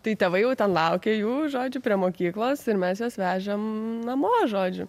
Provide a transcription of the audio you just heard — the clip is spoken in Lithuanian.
tai tėvai jau ten laukė jų žodžiu prie mokyklos ir mes juos vežėm namo žodžiu